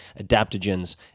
adaptogens